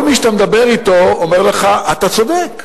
כל מי שאתה מדבר אתו אומר לך: אתה צודק,